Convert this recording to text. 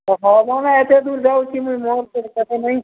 ହଉ ମୁଁ ଏତେ ଦୁର୍ ଯାଉଛି ମୁଇଁ ମୋର କଥା ନାଇଁ